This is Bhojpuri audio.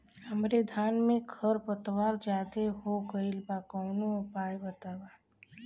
हमरे धान में खर पतवार ज्यादे हो गइल बा कवनो उपाय बतावा?